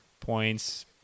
points